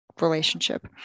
relationship